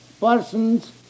persons